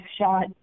shot